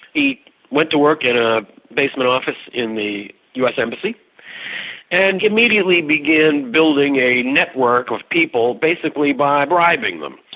he went to work in a basement office in the us embassy and immediately began building a network of people, basically by bribing them.